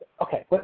Okay